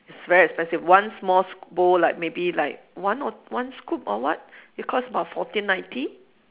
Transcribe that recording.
it's very expensive one small bowl like maybe like one or one scoop or what it costs about fourteen ninety